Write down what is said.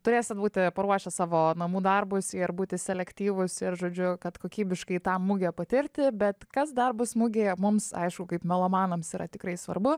turėsit būti paruošę savo namų darbus ir būti selektyvūs ir žodžiu kad kokybiškai tą mugę patirti bet kas dar bus mugėje mums aišku kaip melomanams yra tikrai svarbu